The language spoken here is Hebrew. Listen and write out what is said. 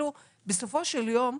בסופו של יום,